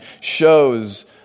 shows